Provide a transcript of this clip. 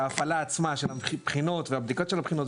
ההפעלה של הבחינות והבדיקות של הבחינות,